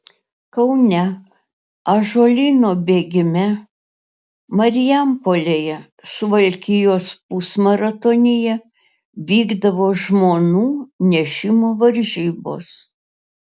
kaune ąžuolyno bėgime marijampolėje suvalkijos pusmaratonyje vykdavo žmonų nešimo varžybos